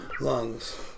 lungs